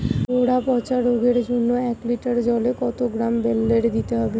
গোড়া পচা রোগের জন্য এক লিটার জলে কত গ্রাম বেল্লের দিতে হবে?